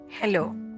Hello